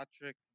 Patrick